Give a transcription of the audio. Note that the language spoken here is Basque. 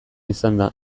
izanda